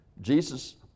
Jesus